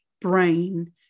brain